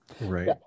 right